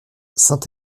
saint